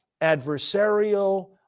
adversarial